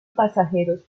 pasajeros